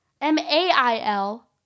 M-A-I-L